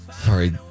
sorry